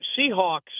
Seahawks